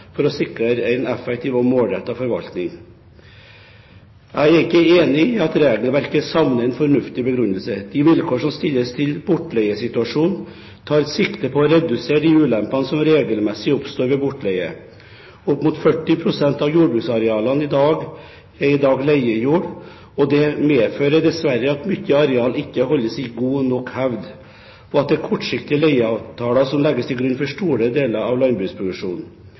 for å sikre en effektiv og målrettet forvaltning. Jeg er ikke enig i at regelverket savner en fornuftig begrunnelse. De vilkår som stilles til bortleiesituasjonen, tar sikte på å redusere de ulempene som regelmessig oppstår ved bortleie. Opp mot 40 pst. av jordbruksarealene er i dag leiejord, og dette medfører dessverre at mye areal ikke holdes i god nok hevd, og at det er kortsiktige leieavtaler som legges til grunn for store deler av landbruksproduksjonen.